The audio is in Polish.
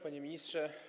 Panie Ministrze!